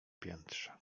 piętrze